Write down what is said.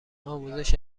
آموزش